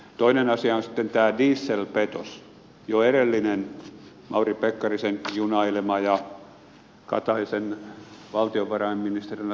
toinen asia on sitten tämä dieselpetos jo edellinen mauri pekkarisen junailema ja kataisen valtiovarainministerinä toimittama juttu